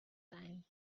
time